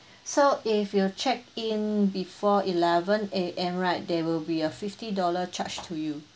so if you check in before eleven A_M right there will be a fifty dollar charge to you